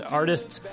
artists